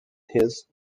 his